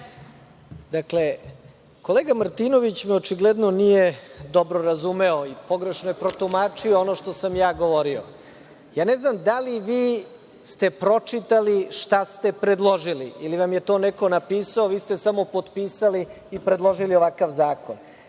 Dakle, kolega Martinović me očigledno nije dobro razumeo i pogrešno protumačio ono što sam ja govorio. Ne znam da li ste vi pročitali šta ste predložili ili vam je to neko napisao, vi ste samo potpisali i predložili ovakav zakon. Vrlo